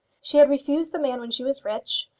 she had refused the man when she was rich,